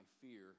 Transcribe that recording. fear